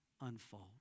unfold